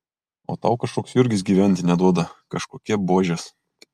o tau kažkoks jurgis gyventi neduoda kažkokie buožės